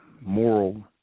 moral